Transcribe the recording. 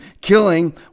killing